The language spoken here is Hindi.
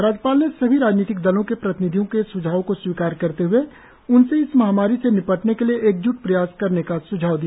राज्यपाल ने सभी राजनीतिक दलों के प्रतिनिधियों के स्झावों को स्वीकार करते हुए उनसे इस महामारी से निपटने के लिए एक जुट प्रयास करने का सुझाव दिया